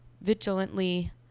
vigilantly